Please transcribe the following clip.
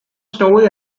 snowy